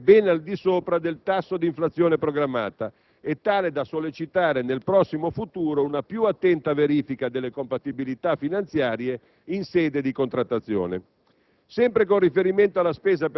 Una dinamica, come si vede, ben al di sopra del tasso di inflazione programmata e tale da sollecitare, nel prossimo futuro, una più attenta verifica delle compatibilità finanziarie in sede di contrattazione.